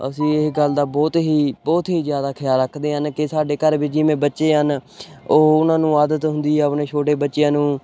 ਅਸੀਂ ਇਹ ਗੱਲ ਦਾ ਬਹੁਤ ਹੀ ਬਹੁਤ ਹੀ ਜ਼ਿਆਦਾ ਖਿਆਲ ਰੱਖਦੇ ਹਨ ਕਿ ਸਾਡੇ ਘਰ ਵਿੱਚ ਜਿਵੇਂ ਬੱਚੇ ਹਨ ਉਹ ਉਹਨਾਂ ਨੂੰ ਆਦਤ ਹੁੰਦੀ ਆ ਆਪਣੇ ਛੋਟੇ ਬੱਚਿਆਂ ਨੂੰ